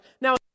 now